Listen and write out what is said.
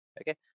okay